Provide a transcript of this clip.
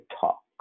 talk